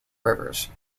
rivers